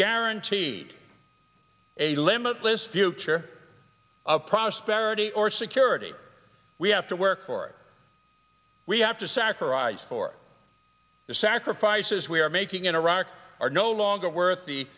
guaranteed a limitless future of prosperity or security we have to work for it we have to sacrifice for the sacrifices we are making in iraq are no longer worth